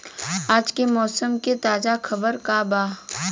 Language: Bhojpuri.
आज के मौसम के ताजा खबर का बा?